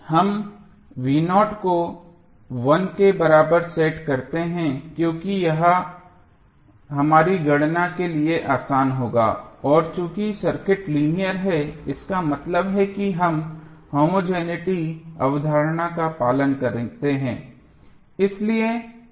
आम तौर पर हम को 1 के बराबर सेट करते हैं क्योंकि यह हमारी गणना के लिए आसान होगा और चूंकि सर्किट लीनियर है इसका मतलब है कि हम होमोजेनििटी अवधारणा का पालन करते हैं